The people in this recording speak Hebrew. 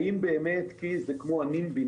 האם באמת כי זה כמו נמב"י,